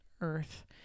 earth